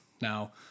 Now